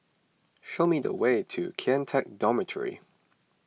show me the way to Kian Teck Dormitory